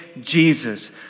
Jesus